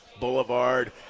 boulevard